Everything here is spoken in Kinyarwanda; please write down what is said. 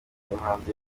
muhanzi